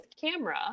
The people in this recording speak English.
camera